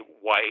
white